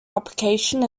application